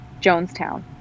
Jonestown